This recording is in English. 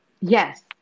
Yes